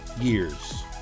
years